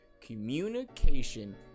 communication